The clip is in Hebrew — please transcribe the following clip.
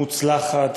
מוצלחת,